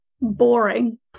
boring